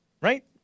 Right